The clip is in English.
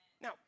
Now